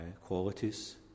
qualities